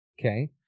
okay